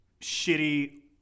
shitty